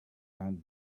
and